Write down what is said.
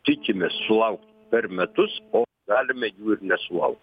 tikimės sulaukt per metus o galime jų ir nesulaukt